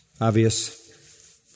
Obvious